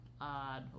odd